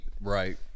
Right